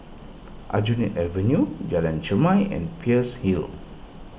Aljunied Avenue Jalan Chermai and Peirce Hill